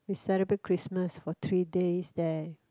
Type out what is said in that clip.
we celebrate Christmas for three days there